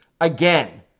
Again